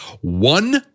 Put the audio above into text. one